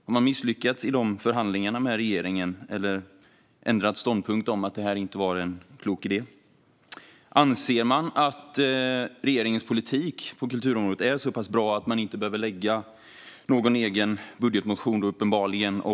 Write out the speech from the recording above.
Har man misslyckats i förhandlingarna med regeringen eller ändrat ståndpunkt kring om satsningen var en klok idé? Anser man att regeringens politik på kulturområdet är så pass bra att man inte behöver väcka någon egen budgetmotion?